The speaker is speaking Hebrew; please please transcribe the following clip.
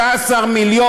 מאיפה אתה מביא את הנתונים?